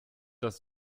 das